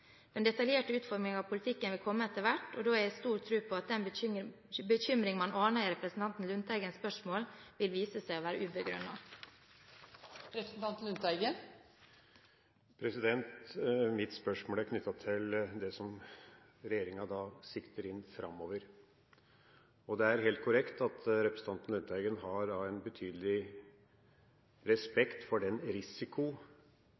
Den detaljerte utformingen av politikken vil komme etter hvert, og da har jeg stor tro på at den bekymring man aner i representanten Lundteigens spørsmål, vil vise seg å være ubegrunnet. Mitt spørsmål er knyttet til det som regjeringa sikter inn mot framover. Det er helt korrekt at representanten Lundteigen har en betydelig